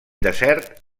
desert